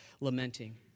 lamenting